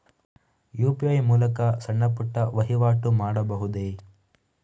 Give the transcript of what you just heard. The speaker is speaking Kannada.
ಯು.ಪಿ.ಐ ಮೂಲಕ ಸಣ್ಣ ಪುಟ್ಟ ವಹಿವಾಟು ಮಾಡಬಹುದೇ?